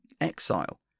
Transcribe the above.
exile